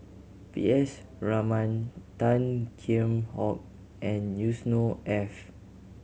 P S Raman Tan Kheam Hock and Yusnor Ef